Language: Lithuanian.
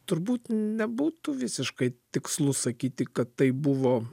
turbūt nebūtų visiškai tikslu sakyti kad tai buvo